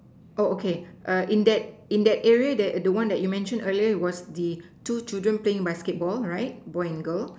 oh okay err in that in that area that the one you mention earlier was the two children playing basketball right boy and girl